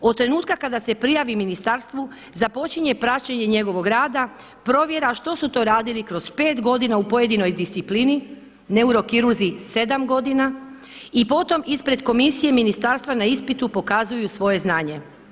Od trenutka kada se prijavi ministarstvu započinje praćenje njegovog rada, provjera što su to radili kroz 5 godina u pojedinoj disciplini, neurokirurzi 7 godina i potom ispred komisije ministarstva na ispitu pokazuju svoje znanje.